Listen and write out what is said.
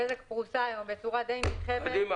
בזק פרוסה היום בצורה נרחבת למדי.